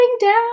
down